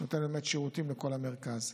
שייתן שירותים לכל המרכז.